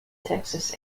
texas